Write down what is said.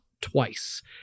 twice